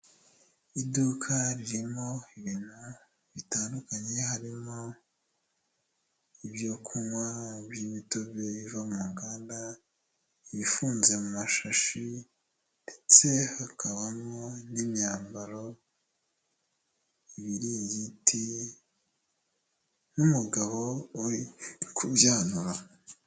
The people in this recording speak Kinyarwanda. Iduka ririmo ibintu bitandukanye, harimo ibyo kunywa iby'imitobero iva mu nganda, ibifunze mu mashashi ndetse hakabamo n'imyambaro, ibiringiti n'umugabo uri kubyanura.